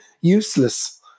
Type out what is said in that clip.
useless